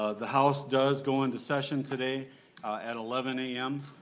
ah the house does go into session today at eleven am.